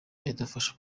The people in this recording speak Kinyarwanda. idufasha